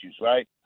right